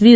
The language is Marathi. व्ही